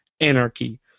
anarchy